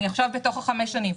אני עכשיו בתוך חמש השנים.